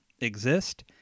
exist